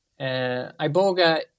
Iboga